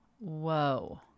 whoa